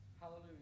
Hallelujah